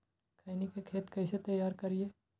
खैनी के खेत कइसे तैयार करिए?